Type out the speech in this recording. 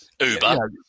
Uber